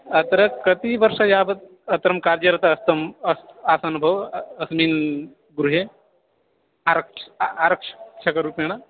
अत्र कति वर्षं यावत् अत्र कार्यरतः आसं अस्ति आसन् भोः अ अस्मिन् गृहे आरक्षकः अ आरक्षकरूपेण